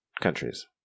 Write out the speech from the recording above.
countries